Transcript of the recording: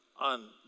on